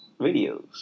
videos